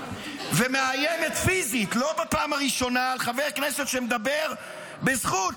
-- ומאיימת פיזית לא בפעם הראשונה על חבר כנסת שמדבר בזכות,